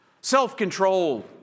self-control